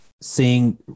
seeing